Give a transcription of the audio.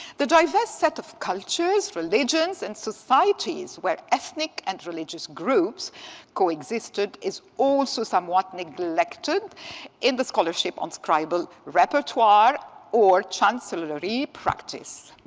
the diverse set of cultures, religions, and societies where ethnic and religious groups coexisted is also somewhat neglected in the scholarship on scribal repertoire or chancellery practice.